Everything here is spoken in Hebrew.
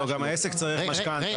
לא, גם העסק צריך משכנתא.